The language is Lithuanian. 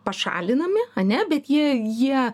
pašalinami ane bet jie jie